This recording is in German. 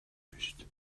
erwischt